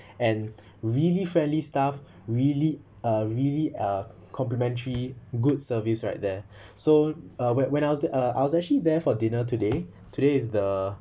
and really friendly staff really uh really uh complimentary good service right there so uh when when I was uh I was actually there uh for dinner today today is the